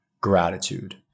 gratitude